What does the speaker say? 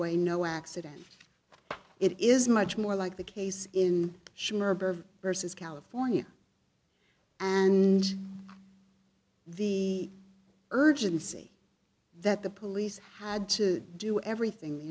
way no accident it is much more like the case in schumer versus california and the urgency that the police had to do everything the